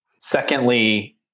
Secondly